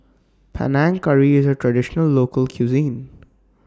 Panang Curry IS A Traditional Local Cuisine